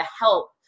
help